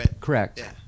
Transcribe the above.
Correct